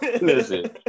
Listen